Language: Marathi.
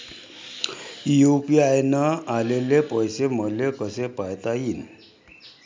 यू.पी.आय न आलेले पैसे मले कसे पायता येईन?